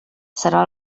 serà